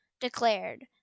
declared